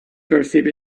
perceived